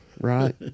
right